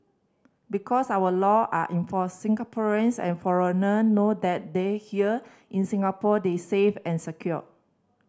because our law are enforced Singaporeans and foreigner know that they here in Singapore they safe and secure